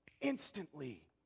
Instantly